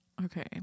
Okay